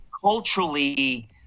Culturally